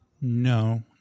No